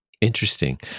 Interesting